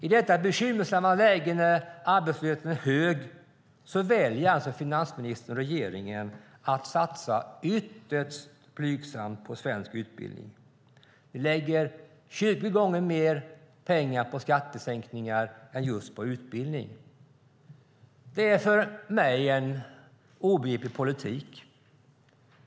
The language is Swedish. I detta bekymmersamma läge när arbetslösheten är hög väljer alltså finansministern och regeringen att satsa ytterst blygsamt på svensk utbildning. Ni lägger 20 gånger mer pengar på skattesänkningar än på utbildning. Det är för mig en obegriplig politik.